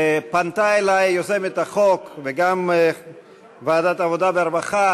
פנתה אלי יוזמת החוק וגם ועדת העבודה והרווחה